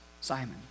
Simon